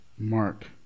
Mark